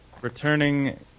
returning